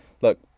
look